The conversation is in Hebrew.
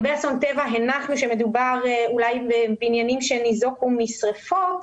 לגבי אסון טבע הנחנו שמדובר בבניינים שאולי ניזוקו משריפות,